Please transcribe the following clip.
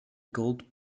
gold